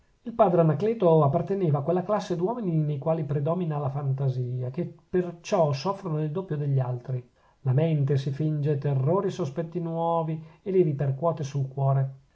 il padre anacleto apparteneva a quella classe d'uomini nei quali predomina la fantasia e che perciò soffrono il doppio degli altri la mente si finge terrori e sospetti nuovi e li ripercuote sul cuore